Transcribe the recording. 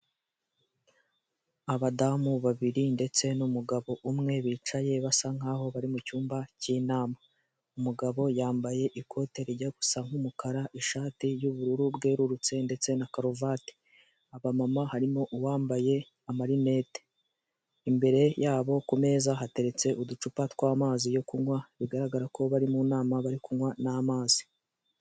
Abadamu babiri ndetse n'umugabo umwe bicaye basa nkaho bari mucyumba cy'inama umugabo yambaye ikote rijya gusa nk'umukara ishati y'ubururu bweruru ndetse na karuvati, aba mama harimo uwambaye amarinete imbere yabo ku meza hateretse uducupa t twaamazi yo kunywa bigaragara ko bari mu nama bari kunywa.